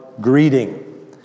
greeting